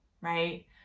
right